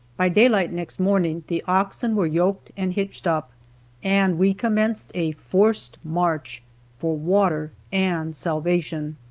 by daylight next morning the oxen were yoked and hitched up and we commenced a forced march for water and salvation.